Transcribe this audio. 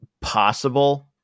possible